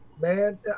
Man